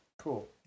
Cool